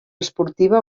esportiva